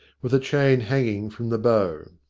with a chain hanging from the bow.